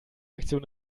aktion